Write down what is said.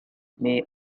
may